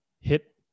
hit